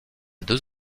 deux